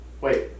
Wait